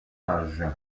âge